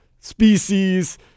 species